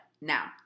Now